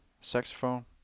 saxophone